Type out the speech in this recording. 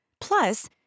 plus